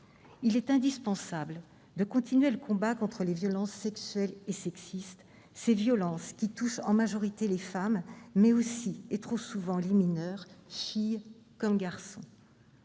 Il est indispensable de continuer le combat contre les violences sexuelles et sexistes, violences qui touchent en majorité les femmes, mais aussi et trop souvent les mineurs, filles comme garçons.